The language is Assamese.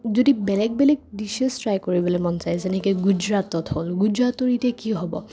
যদি বেলেগ বেলেগ ডিছেছ ট্ৰাই কৰিবলৈ মন যায় যেনেকৈ গুজৰাটত হ'ল গুজৰাটৰ এতিয়া কি হ'ব